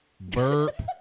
burp